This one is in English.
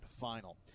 final